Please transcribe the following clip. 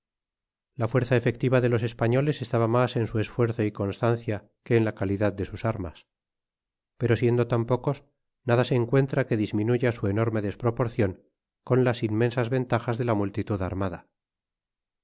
la fuerza efectiva de los españoles estaba mas en su esfuerzo y constancia que en la calidad de sus armas pero siendo tan pocos nada se encuentra que disminuya su enorme desproporcion con las inmensas ventajas de la multitud armada